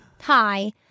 Hi